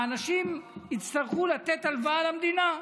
האנשים יצטרכו לתת הלוואה למדינה.